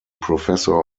professor